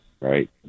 right